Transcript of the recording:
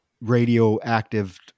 radioactive